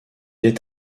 est